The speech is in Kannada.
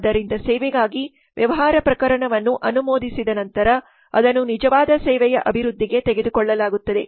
ಆದ್ದರಿಂದ ಸೇವೆಗಾಗಿ ವ್ಯವಹಾರ ಪ್ರಕರಣವನ್ನು ಅನುಮೋದಿಸಿದ ನಂತರ ಅದನ್ನು ನಿಜವಾದ ಸೇವೆಯ ಅಭಿವೃದ್ಧಿಗೆ ತೆಗೆದುಕೊಳ್ಳಲಾಗುತ್ತದೆ